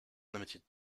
limited